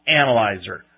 analyzer